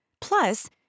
Plus